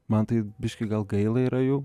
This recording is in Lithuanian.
biškį gal gaila yra jų